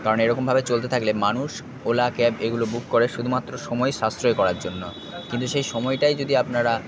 কারণ এরকমভাবে চলতে থাকলে মানুষ ওলা ক্যাব এগুলো বুক করে শুধুমাত্র সময় সাশ্রয় করার জন্য কিন্তু সেই সময়টাই যদি আপনারা